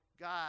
God